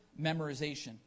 memorization